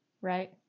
right